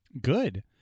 Good